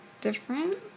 different